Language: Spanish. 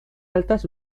altas